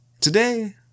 Today